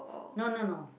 no no no